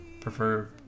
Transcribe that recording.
prefer